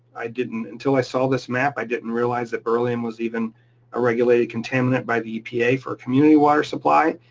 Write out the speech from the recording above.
i didn't until i saw this map, i didn't realize that beryllium was even a regulated contaminant by the epa for a community water supply,